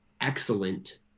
excellent